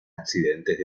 accidentes